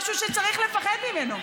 משהו שצריך לפחד ממנו.